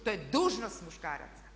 To je dužnost muškaraca.